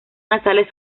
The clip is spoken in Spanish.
nasales